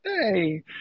hey